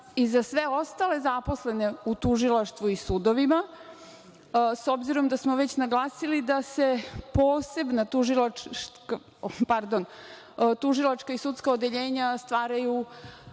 i za sve ostale zaposlene u tužilaštvu i sudovima, s obzirom da smo već naglasili da se posebna tužilačka i sudska odeljenja staraju